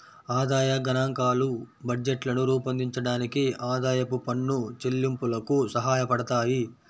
ఆదాయ గణాంకాలు బడ్జెట్లను రూపొందించడానికి, ఆదాయపు పన్ను చెల్లింపులకు సహాయపడతాయి